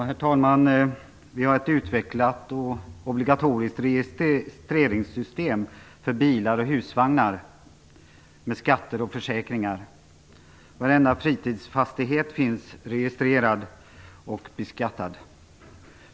Herr talman! Vi har ett utvecklat och obligatoriskt registreringssystem för bilar och husvagnar, med skatter och försäkringar. Varenda fritidsfastighet är registrerad och beskattad.